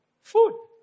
food